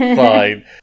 fine